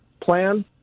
plan